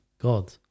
God